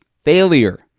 failure